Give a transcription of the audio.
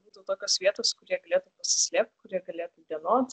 būtų tokios vietos kur jie galėtų pasislėpt kur jie galėtų dienot